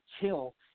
Kill